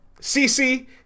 CC